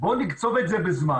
בואו נקצוב את זה בזמן